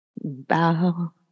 Bow